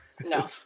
No